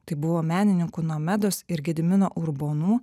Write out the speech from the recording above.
tai buvo menininkų nomedos ir gedimino urbonų